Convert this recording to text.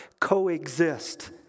coexist